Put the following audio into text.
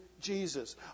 Jesus